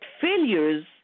failures